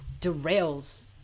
derails